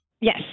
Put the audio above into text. Yes